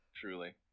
truly